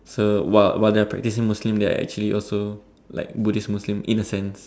so while while they are practicing Muslims they are also like practicing Buddhist Muslim in a sense